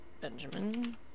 Benjamin